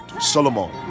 solomon